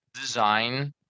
design